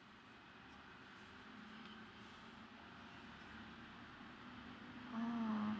oh